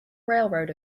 railroad